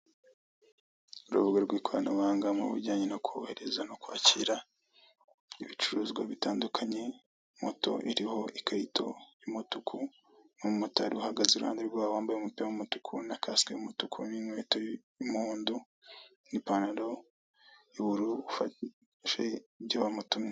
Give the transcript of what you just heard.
Urubuga rw'ikoranabuhanga mu bijyanye no kohereza no kwakira ibicuruzwa bitandukanye, moto iriho ikarito y'umutuku n'umumotari uhagaze iruhande rwaho wambaye umupira w'umutuku, na kasike y'umutuku n'intweto y'umuhonda n'ipantaro y'ubururu, ufashe ibyo bamutumye.